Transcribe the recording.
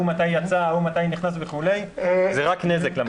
רק נזק.